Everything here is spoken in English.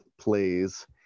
plays